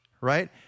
right